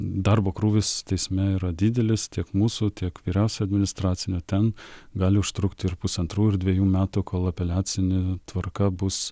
darbo krūvis teisme yra didelis tiek mūsų tiek vyriausio administracinio ten gali užtrukti ir pusantrų ir dvejų metų kol apeliacine tvarka bus